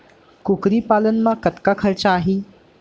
कुकरी पालन म कतका खरचा आही?